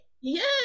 Yes